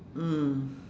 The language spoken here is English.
mm